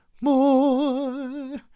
more